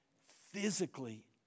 physically